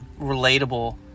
relatable